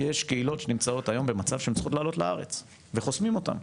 יש קהילות שנמצאות היום במצב שהן צריכות לעלות לארץ וחוסמים אותן,